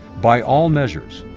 by all measures,